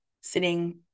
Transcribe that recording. sitting